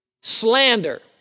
Slander